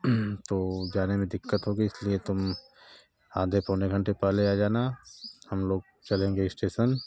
तो जाने में दिक्कत होगी इस लिए तुम आधे पौने घण्टे पहले आ जाना हम लोग चलेंगे स्टेशन